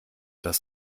das